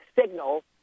signal